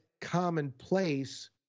commonplace